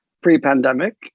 pre-pandemic